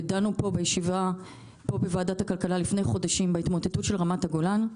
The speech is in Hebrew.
ודנו פה בוועדת הכלכלה לפני חודשים בהתמוטטות של רמת הגולן,